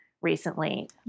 recently